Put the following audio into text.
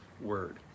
word